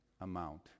amount